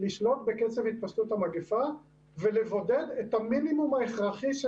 לשלוט בקצב התפשטות המגיפה ולבודד את המינימום ההכרחי של